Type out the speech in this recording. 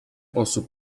osób